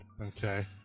okay